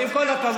עם כל הכבוד,